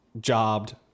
Jobbed